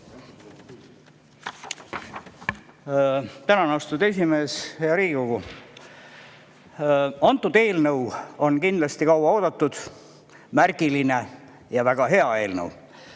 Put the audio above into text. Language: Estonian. Tänan, austatud esimees! Hea Riigikogu! Antud eelnõu on kindlasti kaua oodatud, märgiline ja väga hea eelnõu.